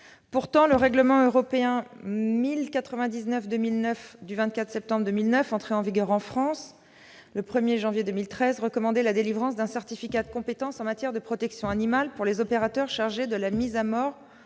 Pourtant, le règlement européen n° 1099/2009 du 24 septembre 2009, entré en vigueur en France le 1janvier 2013, recommandait la délivrance d'un certificat de compétence en matière de protection animale pour les opérateurs chargés de la mise à mort